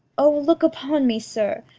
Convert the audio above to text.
o, look upon me, sir,